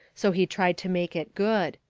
so he tried to make it good.